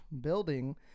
building